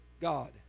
God